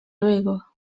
luego